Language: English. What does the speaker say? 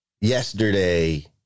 yesterday